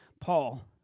Paul